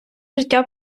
життя